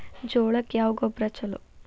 ಜೋಳಕ್ಕ ಯಾವ ಗೊಬ್ಬರ ಛಲೋ?